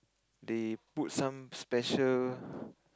they put some special